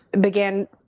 began